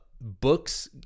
books